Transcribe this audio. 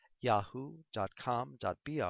yahoo.com.br